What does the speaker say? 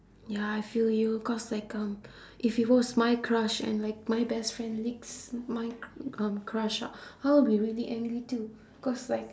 ya I feel you cause like um if it was my crush and like my best friend leaks my c~ um crush ah I would be really angry too cause like